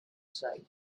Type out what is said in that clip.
side